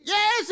Yes